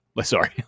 sorry